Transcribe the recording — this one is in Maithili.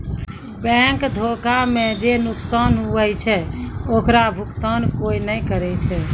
बैंक धोखा मे जे नुकसान हुवै छै ओकरो भुकतान कोय नै करै छै